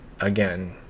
again